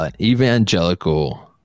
evangelical